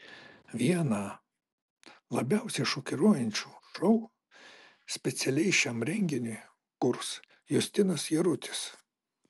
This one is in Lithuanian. vieną labiausiai šokiruojančių šou specialiai šiam renginiui kurs justinas jarutis